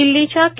दिल्लीच्या के